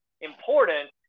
important